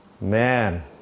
Man